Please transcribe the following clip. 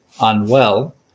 unwell